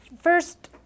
first